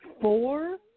four